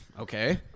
okay